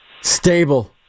Stable